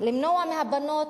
למנוע מהבנות,